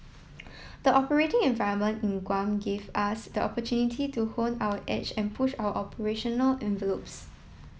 the operating environment in Guam gave us the opportunity to hone our edge and push our operational envelopes